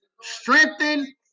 strengthen